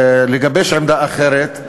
לגבש עמדה אחרת,